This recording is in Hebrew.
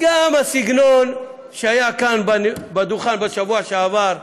גם הסגנון שהיה כאן בדוכן בשבוע שעבר,